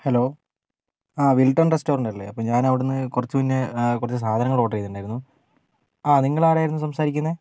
hello ആ Wilton റെസ്റ്റോറൻറ്റല്ലേ അപ്പോൾ ഞാനവിടന്ന് കുറച്ച് മുൻപെ കുറച്ച് സാധനങ്ങൾ ഓർഡർ ചെയ്തിട്ടുണ്ടായിരുന്നു ആ നിങ്ങളാരായിരുന്നു സംസാരിക്കുന്നത്